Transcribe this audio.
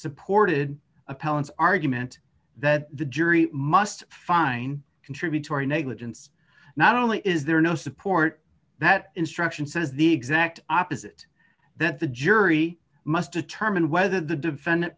supported appellants argument that the jury must find contributory negligence not only is there no support that instruction says the exact opposite that the jury must determine whether the defendant